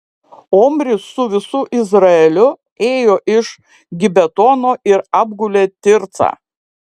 omris su visu izraeliu ėjo iš gibetono ir apgulė tircą